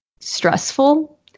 stressful